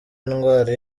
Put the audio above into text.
indwara